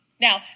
Now